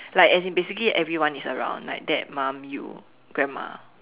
like as in basically everyone is around like dad mum you grandma